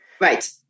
Right